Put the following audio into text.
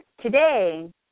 Today